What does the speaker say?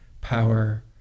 power